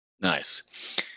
Nice